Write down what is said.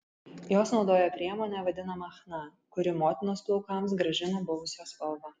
jos naudoja priemonę vadinamą chna kuri motinos plaukams grąžina buvusią spalvą